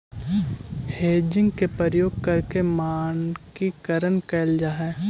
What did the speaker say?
hedging के प्रयोग करके मानकीकरण कैल जा हई